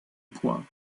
points